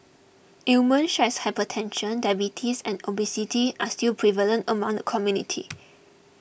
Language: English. ailments such as hypertension diabetes and obesity are still prevalent among the community